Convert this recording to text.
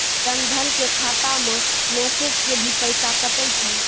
जन धन के खाता मैं मैसेज के भी पैसा कतो छ?